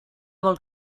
vol